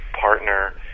partner